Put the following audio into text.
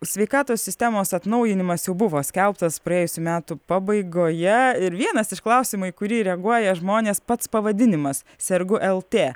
sveikatos sistemos atnaujinimas jau buvo skelbtas praėjusių metų pabaigoje ir vienas iš klausimų į kurį reaguoja žmonės pats pavadinimas sergu lt